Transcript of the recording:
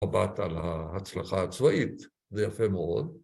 מבט על ההצלחה הצבאית, זה יפה מאוד.